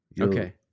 Okay